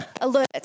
Alert